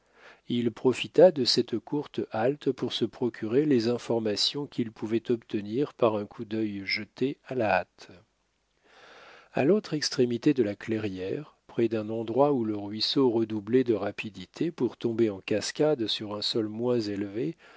il profita de cette courte halte pour se procurer les informations qu'il pouvait obtenir par un coup d'œil jeté à la hâte à l'autre extrémité de la clairière près d'un endroit où le ruisseau redoublait de rapidité pour tomber en cascades sur un sol moins élevé